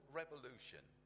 revolution